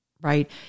right